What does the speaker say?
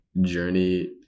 journey